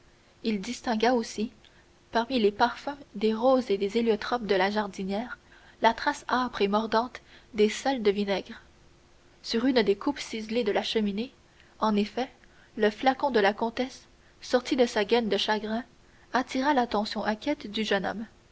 il distingua aussi parmi les parfums des roses et des héliotropes de la jardinière la trace âpre et mordante des sels de vinaigre sur une des coupes ciselées de la cheminée en effet le flacon de la comtesse sorti de sa gaine de chagrin attira l'attention inquiète du jeune homme